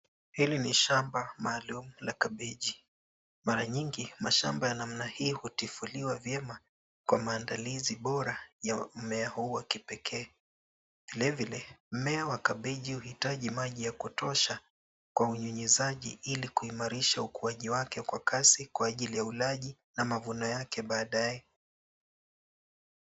Hili ni shamba maalum la kabichi, mara nyingi mashamba ya namna hii hutifuliwa vyema kwa maandalizi bora ya mmea huu wa kipekee. Vilevile mmea wa kabeji huitaji maji ya kutosha kwa unyunyizaji ili kuhimarisha ukuaji wake kwa kasi kwa ajili ya ulaji na mavuno yake badae.